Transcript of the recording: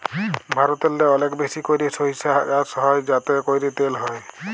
ভারতেল্লে অলেক বেশি ক্যইরে সইরসা চাষ হ্যয় যাতে ক্যইরে তেল হ্যয়